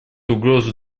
угрозу